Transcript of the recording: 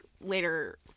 later